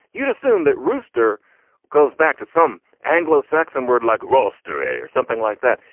you'd assume that rooster goes back to some anglo-saxon word like roastery or something like that?